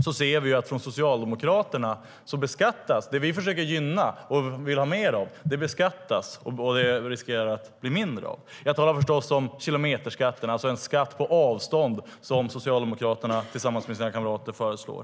Men vi ser att det som vi försöker gynna och vill ha mer av beskattas av Socialdemokraterna så att det riskerar att bli mindre av det. Jag talar förstås om kilometerskatten, alltså en skatt på avstånd som Socialdemokraterna tillsammans med sina kamrater föreslår.